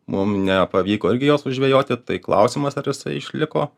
mum nepavyko irgi jo sužvejoti tai klausimas ar jisai išliko